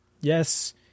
yes